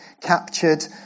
captured